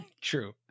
True